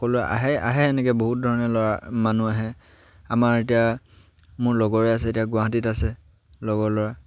সকলোৱে আহে আহে এনেকৈ বহুত ধৰণে ল'ৰা মানুহ আহে আমাৰ এতিয়া মোৰ লগৰে আছে এতিয়া গুৱাহাটীত আছে লগৰ ল'ৰা